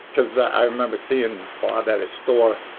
cause i remember seeing bob at his store,